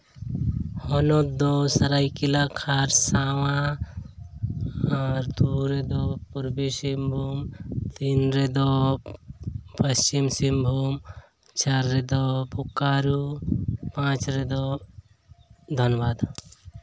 ᱦᱚᱱᱚᱛ ᱫᱚ ᱥᱟᱹᱨᱟᱹᱭᱠᱮᱞᱞᱟ ᱠᱷᱟᱹᱨᱥᱟᱣᱟ ᱟᱨ ᱫᱩᱭ ᱨᱮᱫᱚ ᱯᱩᱨᱵᱚ ᱥᱤᱝᱵᱷᱩᱢ ᱛᱤᱱ ᱨᱮᱫᱚ ᱯᱟᱥᱪᱤᱢ ᱥᱤᱝᱵᱷᱩᱢ ᱪᱟᱨ ᱨᱮᱫᱚ ᱵᱳᱠᱟᱨᱳ ᱯᱟᱸᱪ ᱨᱮᱫᱚ ᱫᱷᱟᱱᱵᱟᱫᱽ